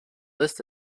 list